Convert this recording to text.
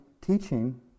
teaching